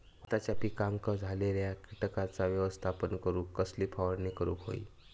भाताच्या पिकांक झालेल्या किटकांचा व्यवस्थापन करूक कसली फवारणी करूक होई?